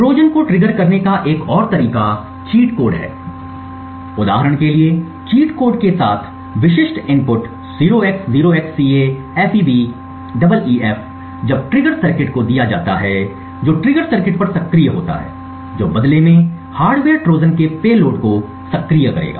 Trojan को trigger करने का एक और तरीका चीट कोड है उदाहरण के लिए चीट कोड के साथ विशिष्ट इनपुट 0x0XCAFEBEEF जब ट्रिगर सर्किट को दिया जाता है जो ट्रिगर सर्किट पर सक्रिय होता है जो बदले में हार्डवेयर ट्रोजन के पेलोड को सक्रिय करेगा